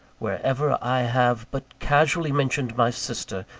wherever i have but casually mentioned my sister,